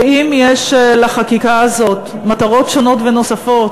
ואם יש לחקיקה הזאת מטרות שונות ונוספות,